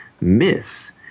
miss